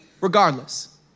Regardless